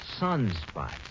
Sunspots